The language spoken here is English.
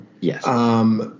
Yes